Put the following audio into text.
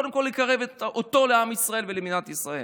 קודם כול לקרב אותו לעם ישראל ולמדינת ישראל.